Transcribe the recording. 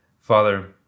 Father